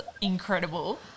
incredible